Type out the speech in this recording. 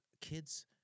kids